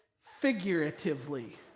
figuratively